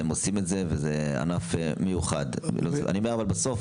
הם עושים את זה, וזה ענף מיוחד, אבל בסוף